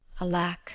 Alack